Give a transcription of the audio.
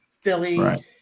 Philly